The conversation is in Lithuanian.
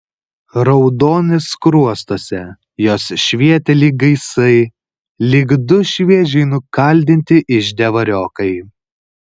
raudonis skruostuose jos švietė lyg gaisai lyg du šviežiai nukaldinti ižde variokai